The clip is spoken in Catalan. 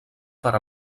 per